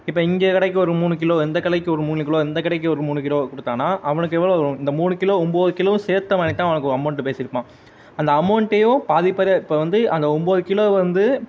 இப்போ இங்கே கடைக்கு ஒரு மூணு கிலோ இந்த கடைக்கி ஒரு மூணு கிலோ இந்த கடைக்கு ஒரு மூணு கிலோ கொடுத்தான்னா அவனுக்கு எவ்வளோ வரும் இந்த மூணு கிலோ ஒன்போது கிலோவும் சேர்த்த அவனுக்கு ஒரு அமௌண்ட்டு பேசியிருப்பான் அந்த அமௌண்ட்டையும் பாதி பாதியாக இப்போ வந்து அந்த ஒன்போது கிலோ வந்து